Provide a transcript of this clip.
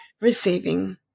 receiving